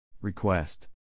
Request